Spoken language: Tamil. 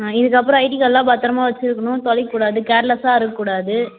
இதுக்கப்புறம் ஐடி கார்டு எல்லாம் பத்திரமாக வச்சுருக்கணும் தொலைக்கக்கூடாது கேர்லெஸாக இருக்க கூடாது